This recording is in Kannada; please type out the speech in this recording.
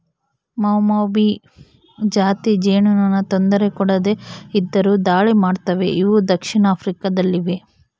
ಮೌಮೌಭಿ ಜಾತಿ ಜೇನುನೊಣ ತೊಂದರೆ ಕೊಡದೆ ಇದ್ದರು ದಾಳಿ ಮಾಡ್ತವೆ ಇವು ದಕ್ಷಿಣ ಆಫ್ರಿಕಾ ದಲ್ಲಿವೆ